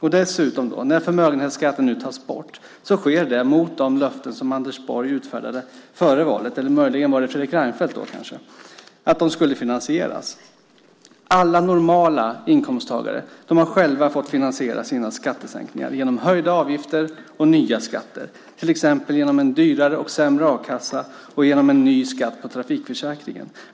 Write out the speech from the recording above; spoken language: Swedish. När förmögenhetsskatten nu tas bort sker det mot de löften som Anders Borg utfärdade före valet - eller var det kanske Fredrik Reinfeldt - nämligen att de skulle finansieras. Alla normala inkomsttagare har själva fått finansiera sina skattesänkningar genom höjda avgifter och nya skatter, till exempel genom en dyrare och sämre a-kassa och genom en ny skatt på trafikförsäkringen.